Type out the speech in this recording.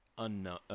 unknown